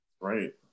Right